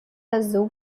azul